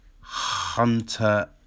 Hunter